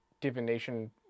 divination